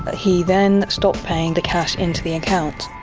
ah he then stopped paying the cash into the accounts.